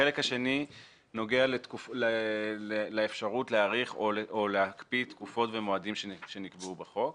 החלק השני נוגע לאפשרות להאריך או להקפיא תקופות ומועדים שנקבעו בחוק,